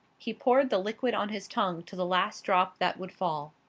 he poured the liquid on his tongue to the last drop that would fall.